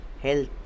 health